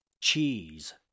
cheese